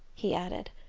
he added.